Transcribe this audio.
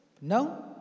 No